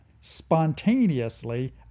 spontaneously